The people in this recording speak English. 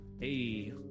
hey